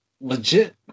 legit